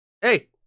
Hey